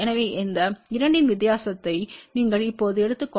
எனவே இந்த இரண்டின் வித்தியாசத்தை நீங்கள் இப்போது எடுத்துக் கொண்டால் 46 dB